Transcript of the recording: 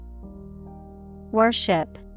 Worship